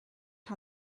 how